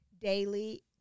daily